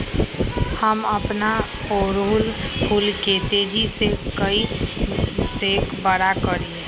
हम अपना ओरहूल फूल के तेजी से कई से बड़ा करी?